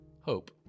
hope